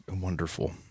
Wonderful